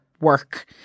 work